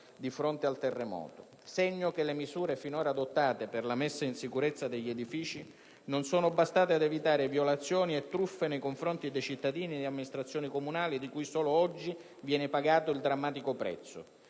di fronte al terremoto, segno che le misure finora adottate per la messa in sicurezza degli edifici non sono bastate ad evitare violazioni e truffe nei confronti dei cittadini e delle amministrazioni comunali di cui solo oggi viene pagato il drammatico prezzo.